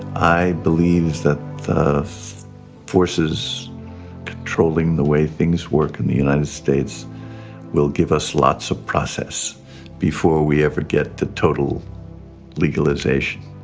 i believe that the forces controlling the way things work in the united states will give us lots of process before we ever get to total legalization.